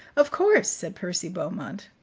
of course, said percy beaumont.